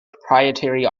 proprietary